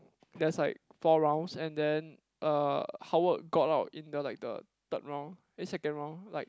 there's like four rounds and then uh Howard got out in the like the third round eh second round like